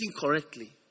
correctly